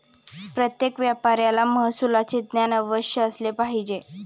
प्रत्येक व्यापाऱ्याला महसुलाचे ज्ञान अवश्य असले पाहिजे